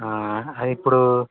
ఇప్పుడు